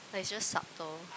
like it's just subtle